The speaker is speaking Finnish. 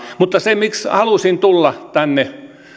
mutta se miksi halusin tulla tänne